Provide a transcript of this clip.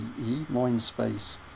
Mindspace